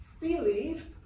believe